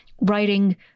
writing